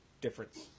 difference